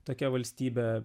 tokia valstybe